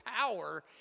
power